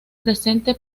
presente